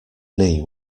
knee